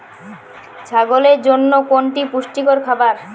ছাগলের জন্য কোনটি পুষ্টিকর খাবার?